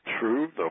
true